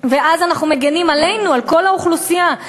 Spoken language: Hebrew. ואז אנחנו מגינים עלינו, על כל האוכלוסייה.